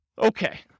Okay